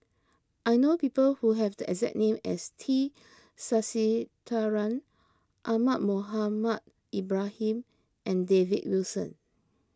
I know people who have the exact name as T Sasitharan Ahmad Mohamed Ibrahim and David Wilson